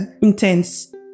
intense